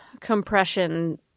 compression